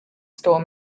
store